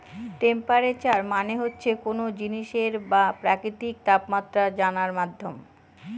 temperature মানে হচ্ছে কোনো জিনিসের বা প্রকৃতির তাপমাত্রা জানার মাধ্যম